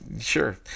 sure